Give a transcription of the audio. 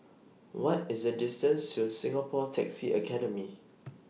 What IS The distance to Singapore Taxi Academy